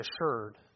assured